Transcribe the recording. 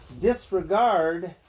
disregard